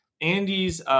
Andy's